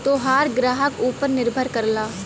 तोहार ग्राहक ऊपर निर्भर करला